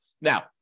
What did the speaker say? Now